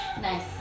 Nice